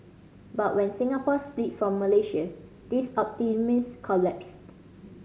but when Singapore split from Malaysia this optimism collapsed